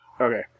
Okay